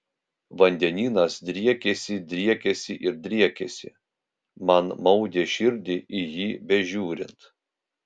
vandenynas driekėsi driekėsi ir driekėsi man maudė širdį į jį bežiūrint